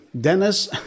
Dennis